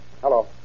Hello